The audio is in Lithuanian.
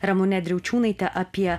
ramune driaučiūnaite apie